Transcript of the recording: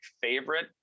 favorite